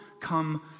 come